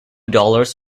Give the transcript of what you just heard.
dollars